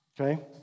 okay